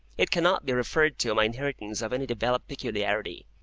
it cannot be referred to my inheritance of any developed peculiarity,